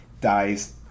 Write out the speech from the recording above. dies